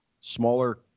smaller